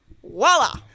Voila